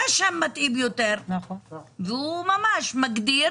זה שם מתאים יותר והוא ממש מגדיר